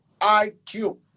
IQ